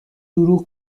دروغ